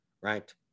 right